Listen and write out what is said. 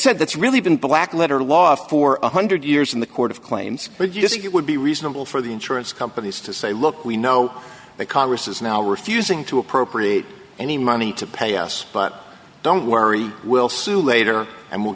said that's really been black letter law for one hundred years in the court of claims but it would be reasonable for the insurance companies to say look we know that congress is now refusing to appropriate any money to pay us but don't worry we'll soon later and we'll